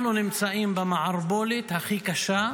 אנחנו נמצאים תמיד במערבולת הכי קשה,